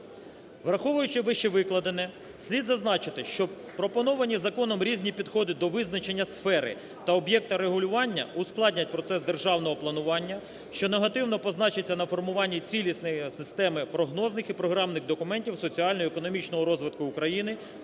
Враховуючи вищевикладене, слід зазначити, що пропоновані законом різні підходи до визначення сфери та об'єкта регулювання ускладнять процес державного планування, що негативно позначиться на формуванні цілісної системи прогнозних і програмних документів соціально-економічного розвитку України,